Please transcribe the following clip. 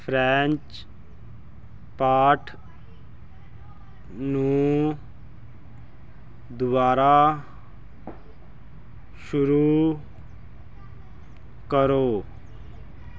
French ਪਾਠ ਨੂੰ ਦੁਬਾਰਾ ਸ਼ੁਰੂ ਕਰੋ